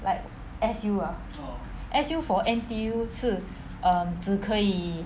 like S_U ah S_U for N_T_U 是 um 只可以